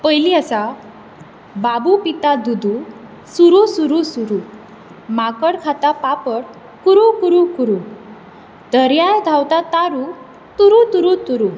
पयलीं आसा बाबू पिता दूदू सुरू सुरू सुरू माकड खाता पापड कुरू कुरू कुरू दर्यार धांवता तारू तुरू तुरू तुरू